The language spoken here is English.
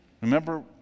Remember